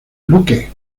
luke